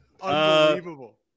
Unbelievable